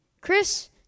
Chris